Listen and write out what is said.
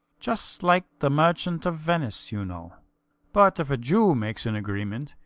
just like the merchant of venice, you know. but if a jew makes an agreement,